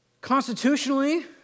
Constitutionally